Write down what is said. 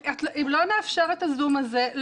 אם לא נאפשר את ה"זום" הזה,